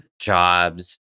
jobs